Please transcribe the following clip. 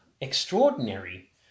extraordinary